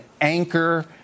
anchor